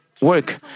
work